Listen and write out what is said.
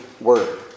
word